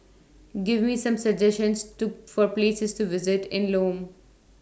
Give Me Some suggestions to For Places to visit in Lome